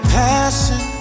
passion